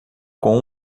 com